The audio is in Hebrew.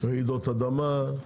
רעידות אדמה,